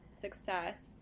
success